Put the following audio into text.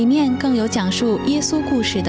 she she